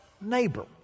neighbor